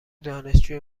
دانشجوی